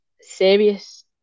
serious